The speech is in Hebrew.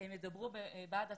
שהם ידברו בעד עצמם.